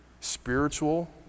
spiritual